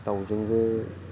दाउजोंबो